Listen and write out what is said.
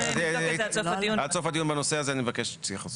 עד הסוף הדיון בנושא הזה אני מבקש התייחסות.